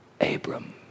Abram